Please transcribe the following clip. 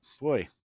boy